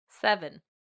Seven